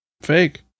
Fake